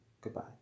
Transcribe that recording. Goodbye